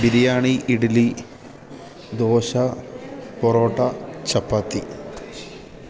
biryani idli dosa parotta ചപ്പാത്തി